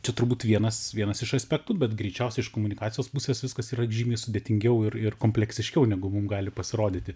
čia turbūt vienas vienas iš aspektų bet greičiausiai iš komunikacijos pusės viskas yra žymiai sudėtingiau ir ir kompleksiškiau negu mum gali pasirodyti